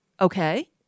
Okay